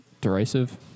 Derisive